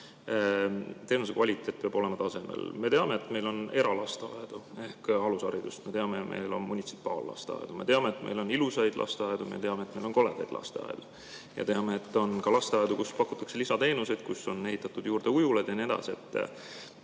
teenuse kvaliteet peab olema tasemel. Me teame, et meil on eralasteaedu ehk ‑alusharidust, me teame, et meil on munitsipaallasteaedu, me teame, et meil on ilusaid lasteaedu, me teame, et meil on koledaid lasteaedu. Me teame, et on ka lasteaedu, kus pakutakse lisateenuseid, kuhu on ehitatud juurde ujulad jne. Kas te